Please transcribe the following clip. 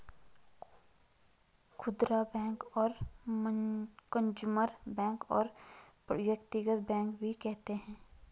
खुदरा बैंक को consumer bank और व्यक्तिगत बैंक भी कहते हैं